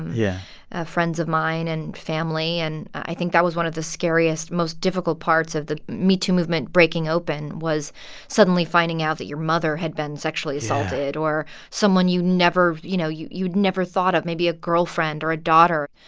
yeah. of friends of mine and family. and i think that was one of the scariest, most difficult parts of the metoo movement breaking open, was suddenly finding out that your mother had been sexually assaulted. yeah. or someone you never you know, you'd never thought of maybe a girlfriend or a daughter.